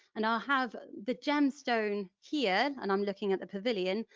and i'll have the gemstone here and i'm looking at the pavilion,